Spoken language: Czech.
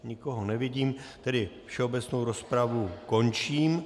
Nikoho nevidím, tedy všeobecnou rozpravu končím.